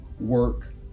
work